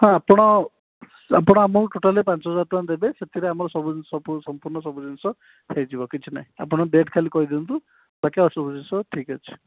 ହଁ ଆପଣ ଆପଣ ଆମକୁ ଟୋଟାଲି ପାଞ୍ଚ ହଜାର ଟଙ୍କା ଦେବେ ସେଥିରେ ଆମର ସମ୍ପୂର୍ଣ୍ଣ ସବୁ ଜିନିଷ ହୋଇଯିବ କିଛି ନାଇଁ ଆପଣ ଡେଟ୍ ଖାଲି କହିଦିଅନ୍ତୁ ବାକି ଆଉ ସବୁ ଜିନିଷ ଠିକ୍ ଅଛି